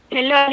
Hello